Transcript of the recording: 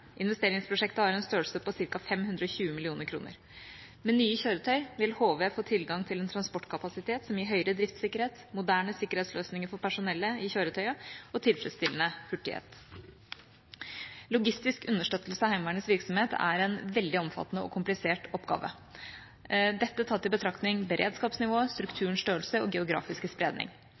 Investeringsprosjektet har en størrelse på ca. 520 mill. kr. Med nye kjøretøy vil HV få tilgang til en transportkapasitet som gir høyere driftssikkerhet, moderne sikkerhetsløsninger for personellet i kjøretøyet og tilfredsstillende hurtighet. Logistisk understøttelse av Heimevernets virksomhet er en veldig omfattende og komplisert oppgave, dette tatt i betraktning beredskapsnivået, strukturens størrelse og geografiske spredning.